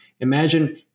imagine